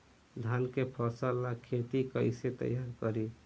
धान के फ़सल ला खेती कइसे तैयार करी?